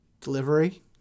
Delivery